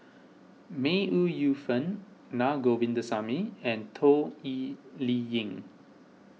May Ooi Yu Fen Naa Govindasamy and Toh Liying